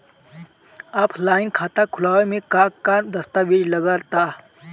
Offline खाता खुलावे म का का दस्तावेज लगा ता?